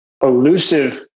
elusive